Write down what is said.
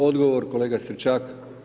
Odgovor kolega Stričak.